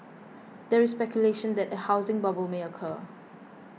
there is speculation that a housing bubble may occur